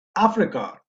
africa